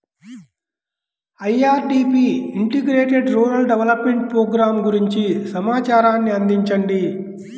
IRDP integrated rural development programme గురించి సమాచారాన్ని అందించండి?